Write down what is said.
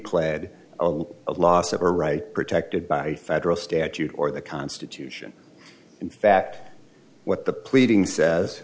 a loss of a right protected by federal statute or the constitution in fact what the pleading says